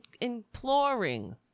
imploring